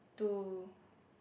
to